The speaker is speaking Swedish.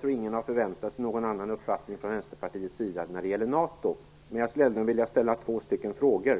tror inte att någon har förväntat sig någon annan uppfattning från Vänsterpartiets sida när det gäller NATO, men jag skulle ändå vilja ställa två frågor till Jan Jennehag.